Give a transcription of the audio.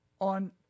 On